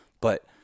But-